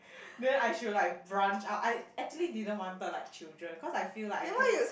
then I should like branch out I actually didn't wanted like children cause I feel like I can